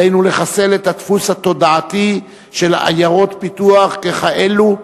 עלינו לחסל את הדפוס התודעתי של עיירות הפיתוח ככאלו,